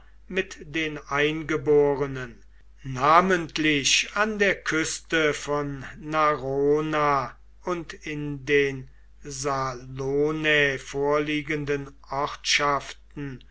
mit den eingeborenen namentlich an der küste von narona und in den salonae vorliegenden